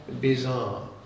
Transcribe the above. bizarre